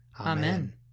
Amen